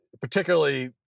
particularly